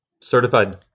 Certified